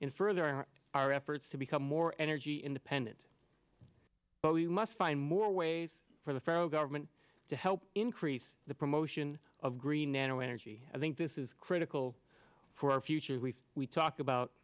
in furthering our efforts to become more energy independent but we must find more ways for the federal government to help increase the promotion of green energy i think this is critical for our future we we talk about